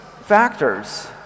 factors